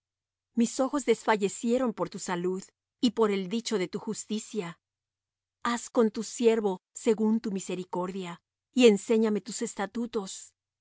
mis ojos desfallecieron por tu salud y por el dicho de tu justicia haz con tu siervo según tu misericordia y enséñame tus estatutos